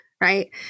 right